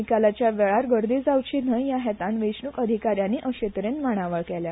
निकालाच्या वेळार गर्दी जावची न्हय ह्या हेतान वेचणूक आधिकाऱ्यानी अशे तरेन माणावळ केल्या